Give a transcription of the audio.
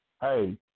hey